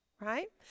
right